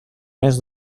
mes